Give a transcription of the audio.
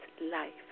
life